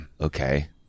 Okay